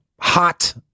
hot